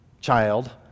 child